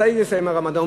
מתי יסתיים הרמדאן?